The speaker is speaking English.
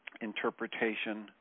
interpretation